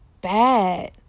bad